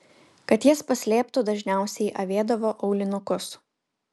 kad jas paslėptų dažniausiai avėdavo aulinukus